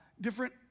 different